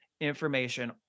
information